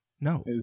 No